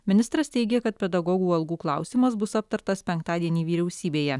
ministras teigia kad pedagogų algų klausimas bus aptartas penktadienį vyriausybėje